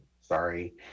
sorry